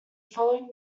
following